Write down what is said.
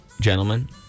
Gentlemen